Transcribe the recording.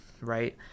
right